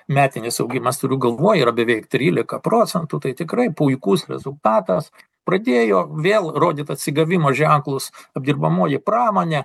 metinis augimas turiu galvoj yra beveik trylika procentų tai tikrai puikus rezultatas pradėjo vėl rodyt atsigavimo ženklus apdirbamoji pramonė